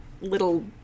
little